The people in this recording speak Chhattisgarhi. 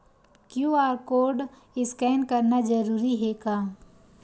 क्यू.आर कोर्ड स्कैन करना जरूरी हे का?